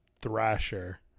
thrasher